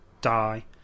die